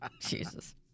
Jesus